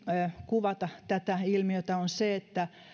kuvata tätä ilmiötä on se että